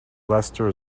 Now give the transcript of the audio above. leicester